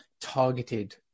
targeted